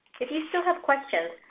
if you still have questions,